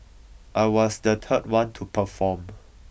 I was the third one to perform